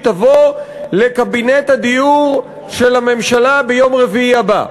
תובא לקבינט הדיור של הממשלה ביום רביעי הבא.